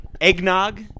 Eggnog